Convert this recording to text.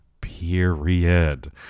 Period